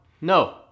No